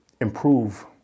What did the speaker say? improve